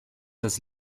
das